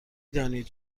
دانید